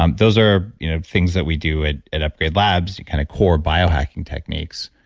um those are you know things that we do at at upgrade labs kind of core biohacking techniques.